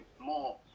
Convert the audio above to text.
more